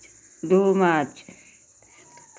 दो मार्च